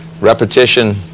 repetition